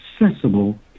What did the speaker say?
accessible